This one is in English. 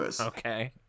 Okay